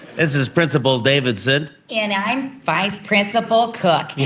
this is principal davidson. and i'm vice principal cook.